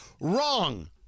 wrong